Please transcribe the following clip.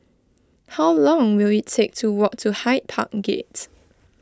how long will it take to walk to Hyde Park Gates